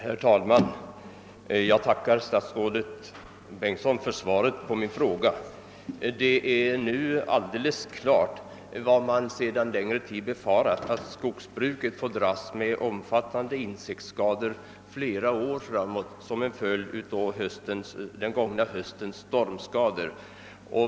Herr talman! Jag tackar statsrådet Bengtsson för svaret på min fråga. Det är nu alldeles klart att — som man en längre tid befarat — skogsbruket får dras med omfattande insektsskador flera år framåt som en följd av den gångna höstens stormskador.